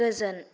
गोजोन